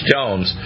Jones